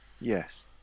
Yes